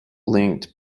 linked